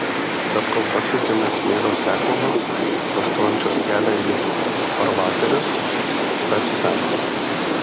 bet kol pasiekiame smėlio seklumas pastojančias kelią į farvaterius visai sutemsta